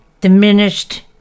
diminished